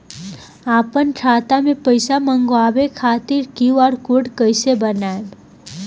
आपन खाता मे पैसा मँगबावे खातिर क्यू.आर कोड कैसे बनाएम?